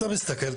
אתה מסתכל,